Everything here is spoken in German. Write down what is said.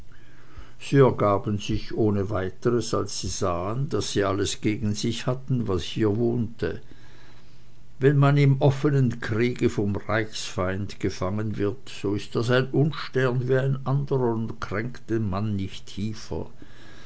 sie ergaben sich ohne weiteres als sie sahen daß sie alles gegen sich hatten was hier wohnte wenn man im offenen kriege vom reichsfeind gefangen wird so ist das ein unstern wie ein anderer und kränkt den mann nicht tiefer